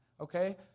okay